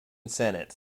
senate